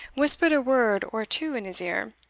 whispered a word or two in his ear,